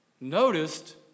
noticed